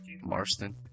Marston